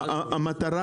המטרה